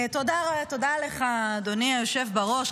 תודה רבה לך, אדוני היושב-ראש.